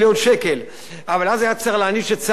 אבל אז היה צריך להעניש את שר הביטחון,